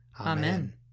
Amen